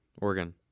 Oregon